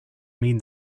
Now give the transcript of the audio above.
mean